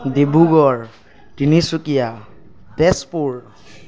Dibrugarh Tinsukia Tezpur